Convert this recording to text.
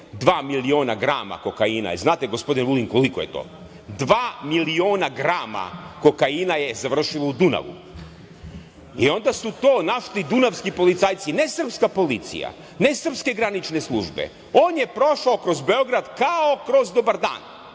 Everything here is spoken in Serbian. miliona grama kokaina. Da li znate gospodine Vulin koliko je to? Dva miliona grama kokaina je završilo u Dunavu i onda su to našli dunavski policajci ne Srpska policija, ne Srpske granične službe, on je prošao kroz Beograd kao kroz dobar dan